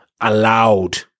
allowed